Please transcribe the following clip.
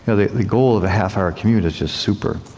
yeah the the goal of a half-hour commute is just super.